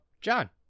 John